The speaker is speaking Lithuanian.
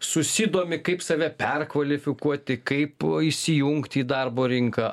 susidomi kaip save perkvalifikuoti kaipo įsijungti į darbo rinką